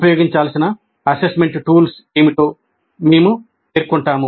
ఉపయోగించాల్సిన assessment tools ఏమిటో మేము పేర్కొంటాము